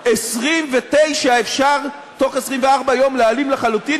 29 אפשר תוך 24 יום להעלים לחלוטין,